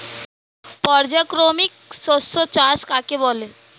পর্যায়ক্রমিক শস্য চাষ কাকে বলে?